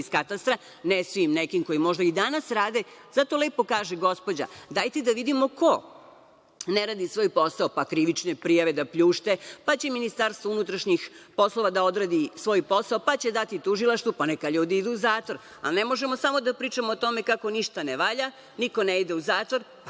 iz katastra, ne svim, nekim koji možda i danas rade. Zato lepo kaže gospođa – dajte da vidimo ko ne radi svoj posao, pa krivične prijave da pljušte, pa će MUP da odradi svoj posao, pa će dati tužilaštvu, pa neka ljudi idu u zatvor, a ne možemo samo da pričamo o tome kako ništa ne valja, niko ne ide u zatvor, pa